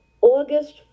august